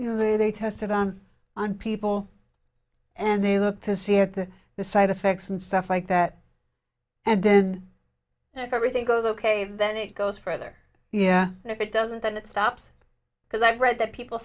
you know they they tested on on people and they look to see at the the side effects and stuff like that and then if everything goes ok then it goes further yeah if it doesn't then it stops because i've read that people